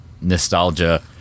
nostalgia